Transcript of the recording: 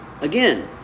Again